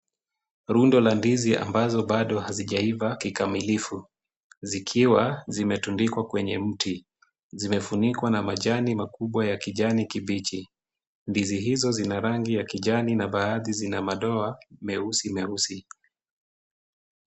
Rundo la ndizi ambazo bado hazijaiva kikamilifu zikiwa zimetundikwa kwenye mti. Zimefunikwa na majani makubwa ya kijani kibichi. Ndizi hizo zina rangi ya kijani na baadhi zina madoa meusi meusi.